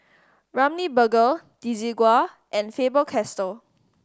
Ramly Burger Desigual and Faber Castell